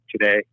today